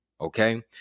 Okay